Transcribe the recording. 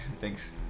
Thanks